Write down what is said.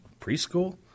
preschool